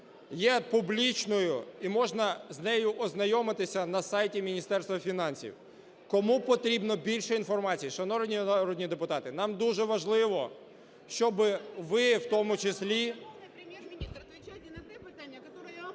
є публічною і можна з нею ознайомитись на сайті Міністерства фінансів, кому потрібно більше інформації. Шановні народні депутати, нам дуже важливо, щоб ви в тому числі…